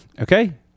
Okay